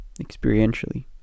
experientially